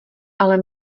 ale